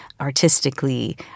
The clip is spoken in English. artistically